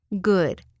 Good